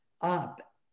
up